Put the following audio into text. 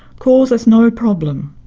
causes us no problem.